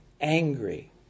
angry